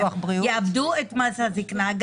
גם מס בריאות ויאבדו את קצבת הזקנה.